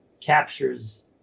captures